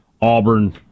Auburn